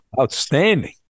Outstanding